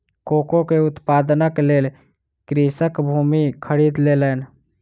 cocoa के उत्पादनक लेल कृषक भूमि खरीद लेलैन